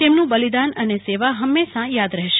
તેમનું બલિદાન અને સેવા હંમેશા યાદ રહેશે